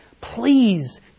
Please